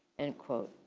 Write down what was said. end quote.